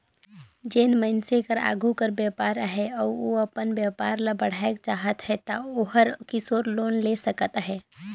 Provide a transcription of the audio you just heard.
जेन मइनसे कर आघु कर बयपार अहे अउ ओ अपन बयपार ल बढ़ाएक चाहत अहे ता ओहर किसोर लोन ले सकत अहे